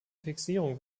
fixierung